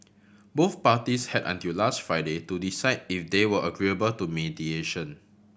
both parties had until last Friday to decide if they were agreeable to mediation